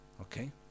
Okay